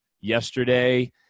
yesterday